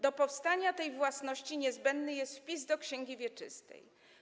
Do powstania tej własności niezbędny jest wpis do księgi wieczystej.